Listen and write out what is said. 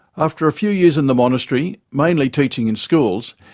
after a few years in the monastery, mainly teaching in schools,